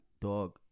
dog